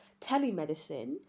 telemedicine